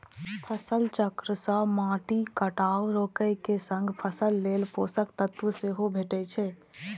फसल चक्र सं माटिक कटाव रोके के संग फसल लेल पोषक तत्व सेहो भेटै छै